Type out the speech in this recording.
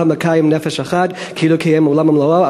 כל המקיים נפש אחת כאילו קיים עולם ומלואו.